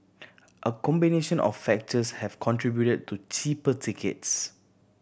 a combination of factors have contributed to cheaper tickets